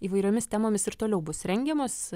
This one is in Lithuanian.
įvairiomis temomis ir toliau bus rengiamos